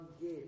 give